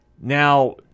now